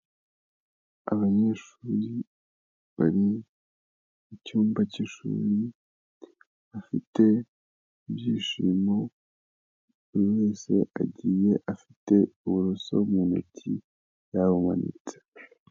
Abanyeshuri bari mu cyumba cy'ishuri, bafite ibyishimo, buri wese agiye afite uburoso mu ntoki yabumanitse.